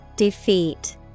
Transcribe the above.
Defeat